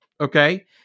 okay